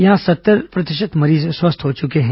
यहां सत्तर प्रतिशत मरीज स्वस्थ हो चुके हैं